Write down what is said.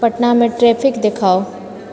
पटनामे ट्रैफिक देखाउ